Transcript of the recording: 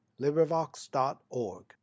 LibriVox.org